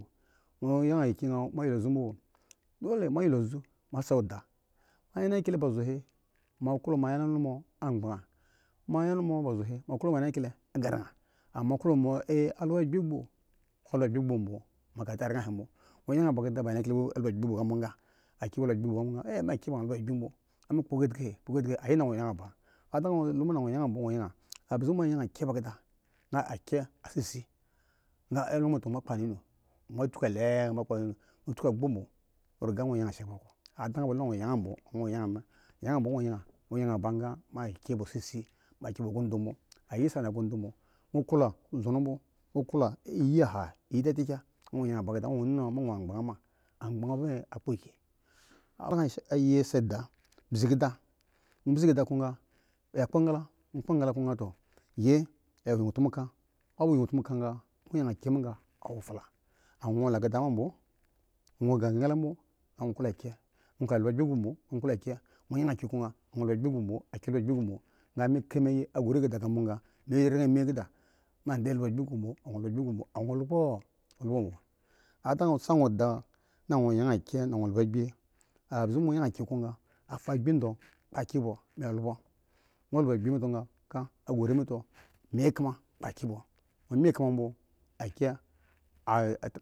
Nwo ka labana wo yi hadi anyen kyile bmo anyenkyile me he ka esson bo esson anyankgite me he keda mi he awo amo yi ma a bze andan bo a yan nwo anyenkyle me he awo agga amo anyen kyila agyega yan bmo yan bmo anwo mi andan bmo me yan anyenkyke mghi le to yan nmo ga nwo kunu new lo me mo yi bibi mo ga nwo kunu new lome wo yi bibi mo ghon oda andan bo nmo yi bibi a ple ga gukun kmo mo yi diyi sa yi ada nwo ka angenkyle nye ble ka a zeze nono age ba awo non a zeze a klo mo da lamo le a vu lishi ba kama nwo ka anyenkyle vu. nwovlo onomo tete bmo nwo ko angen kyle a bze bmo agbo eyi tete eyo toma egi fyen ami bi mi yan mo nyen mo bze mi kli a kye mi sa anyenkyle ka rn ga a bmi bmo mo khims mye mo gin labana lope kpe egde gin la hawi kenan he akye ta a ga gbo kana laboma baba a bogo bmo akya a.